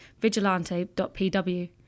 vigilante.pw